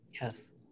Yes